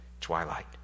twilight